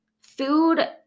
food